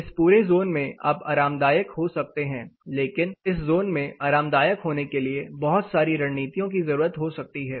इस पूरे जोन में आप आरामदायक हो सकते है लेकिन इस जोन में आरामदायक होने के लिए बहुत सारी रणनीतियों की जरूरत हो सकती है